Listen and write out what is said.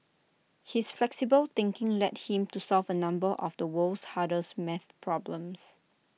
his flexible thinking led him to solve A number of the world's harder math problems